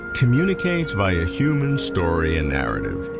communicates via human story and narrative.